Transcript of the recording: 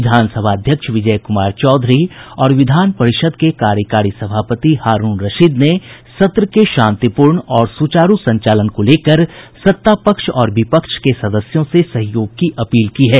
विधानसभा अध्यक्ष विजय कुमार चौधरी और विधान परिषद् के कार्यकारी सभापति हारूण रशीद ने सत्र के शांतिपूर्ण और सुचारू संचालन को लेकर सत्तापक्ष और विपक्ष के सदस्यों से सहयोग की अपील की है